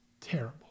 terrible